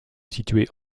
situé